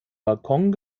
balkon